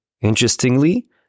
Interestingly